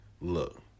Look